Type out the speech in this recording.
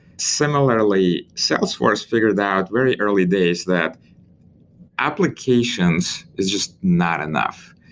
similarly, salesforce figured out very early days that applications is just not enough,